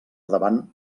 davant